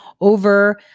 over